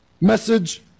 message